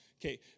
Okay